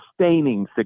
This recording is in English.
Sustaining